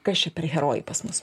kas čia per herojai pas mus